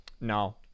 no